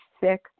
sick